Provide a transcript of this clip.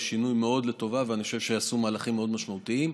יש שינוי מאוד לטובה ואני חושב שעשו מהלכים מאוד משמעותיים.